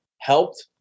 helped